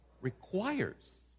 Requires